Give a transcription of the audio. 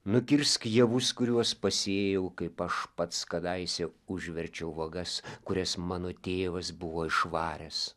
nukirsk javus kuriuos pasėjau kaip aš pats kadaise užverčiau vagas kurias mano tėvas buvo išvaręs